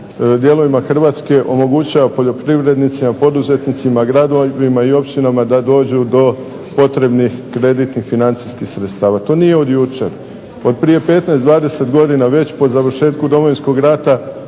dijelovima Hrvatske omogućava poljoprivrednicima, poduzetnicima, gradovima i općinama da dođu do potrebnih kreditnih financijskih sredstava. To nije od jučer. Od prije 15, 20 godina već po završetku Domovinskog rata